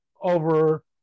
over